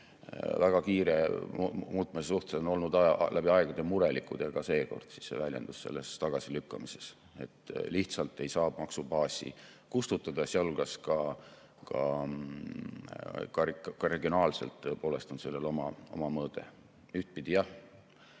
väga kiire muutmise suhtes olnud läbi aegade murelikud ja ka seekord see väljendus selles tagasilükkamises. Lihtsalt ei saa maksubaasi kustutada, sealhulgas regionaalselt on sellel tõepoolest oma mõõde. Ühtpidi jah.